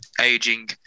aging